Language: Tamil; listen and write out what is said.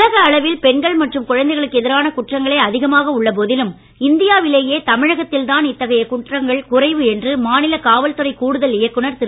உலக அளவில் பெண்கள் மற்றும் குழந்தைகளுக்கு எதிரான குற்றங்களே அதிகமாக உள்ள போதிலும் இந்தியாவிலேயே தமிழகத்தில்தான் இத்தகைய குற்றங்கள் குறைவு என்று மாநில காவல்துறை கூடுதல் இயக்குநர் திரு